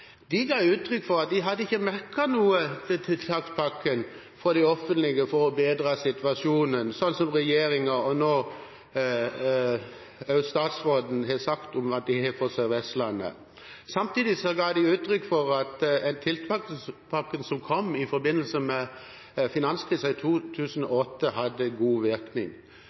De ga uttrykk for at de ikke hadde merket noe til tiltakspakken fra det offentlige for å bedre situasjonen, slik regjeringen, og nå statsråden, har sagt at de har for Sør-Vestlandet. Samtidig ga de uttrykk for at den tiltakspakken som kom i forbindelse med finanskrisen i 2008, hadde god virkning.